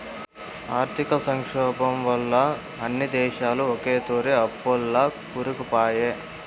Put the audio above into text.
ఆర్థిక సంక్షోబం వల్ల అన్ని దేశాలు ఒకతూరే అప్పుల్ల కూరుకుపాయే